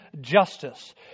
justice